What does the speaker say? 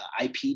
IP